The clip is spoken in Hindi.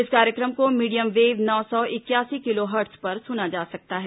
इस कार्यक्रम को मीडियम वेव नौ सौ इकयासी किलोहर्ट्ज पर सुना जा सकता है